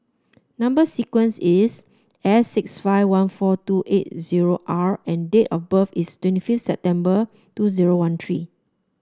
number sequence is S six five one four two eight zero R and date of birth is twenty fifth September two zero one three